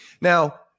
Now